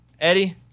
Eddie